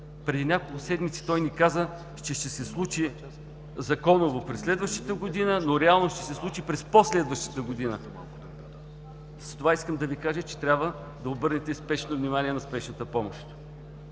Преди няколко седмици той ни каза, че ще се случи законово през следващата година, но реално ще се случи през по-следващата година. С това искам да Ви кажа, че трябва да обърнете спешно внимание на спешната помощ.